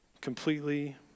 completely